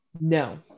No